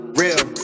real